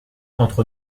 entre